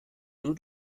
nur